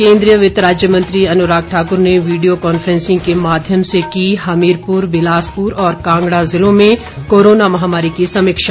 केन्द्रीय वित्तराज्य मंत्री अनुराग ठाकुर ने वीडियो कॉन्फ्रेसिंग के माध्यम से की हमीरपुर बिलासपुर और कांगड़ा जिलों में कोरोना महामारी की समीक्षा